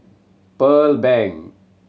Pearl Bank